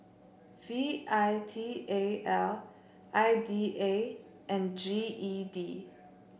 V I T A L I D A and G E D